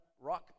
rock